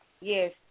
Yes